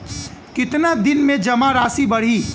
कितना दिन में जमा राशि बढ़ी?